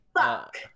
Fuck